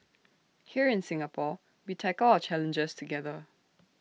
here in Singapore we tackle our challenges together